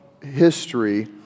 history